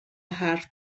حرف